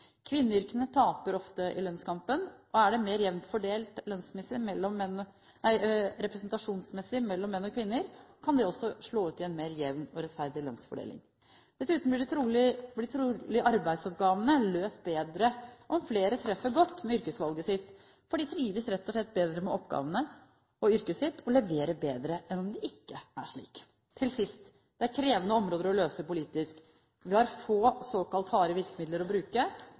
Kvinneyrkene taper ofte i lønnskampen. Er det mer jevnt fordelt representasjonsmessig mellom menn og kvinner, kan det også slå ut i en mer jevn og rettferdig lønnsfordeling. Dessuten blir trolig arbeidsoppgavene løst bedre om flere treffer godt med yrkesvalget sitt, for de trives rett og slett bedre med oppgavene og yrket sitt og leverer bedre enn om det ikke er slik. Til sist: Dette er krevende områder å løse politisk. Vi har få såkalte harde virkemidler å bruke;